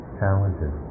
challenges